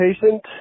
patient